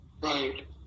Right